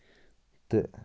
تہٕ